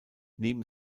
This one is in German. neben